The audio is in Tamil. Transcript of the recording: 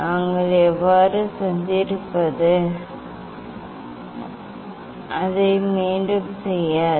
நாங்கள் ஏற்கனவே சந்தித்திருப்பது அதை மீண்டும் செய்யாது